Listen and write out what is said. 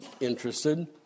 interested